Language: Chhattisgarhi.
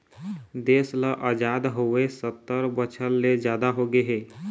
देश ल अजाद होवे सत्तर बछर ले जादा होगे हे